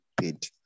paid